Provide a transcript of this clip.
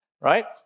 Right